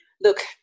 Look